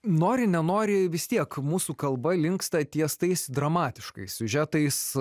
nori nenori vis tiek mūsų kalba linksta ties tais dramatiškais siužetais